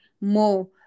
more